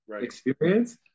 experience